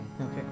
Okay